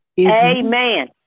Amen